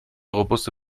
robuste